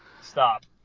Stop